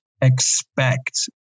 expect